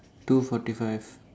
two forty five